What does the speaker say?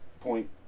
Point